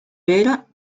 vera